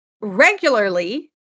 regularly